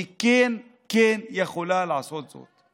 היא כן יכולה לעשות את זה.